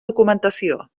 documentació